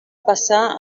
passar